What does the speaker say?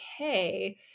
okay